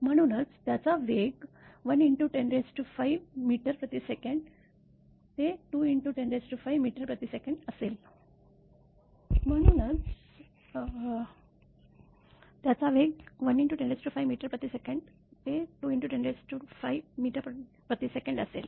म्हणूनच त्याचा वेग 1×105 msec ते 2×105 msecअसेल